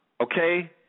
okay